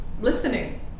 listening